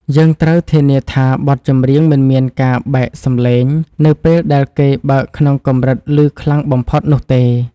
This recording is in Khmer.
យើងត្រូវធានាថាបទចម្រៀងមិនមានការបែកសំឡេងនៅពេលដែលគេបើកក្នុងកម្រិតឮខ្លាំងបំផុតនោះទេ។